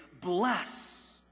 bless